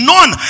None